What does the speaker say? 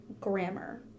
grammar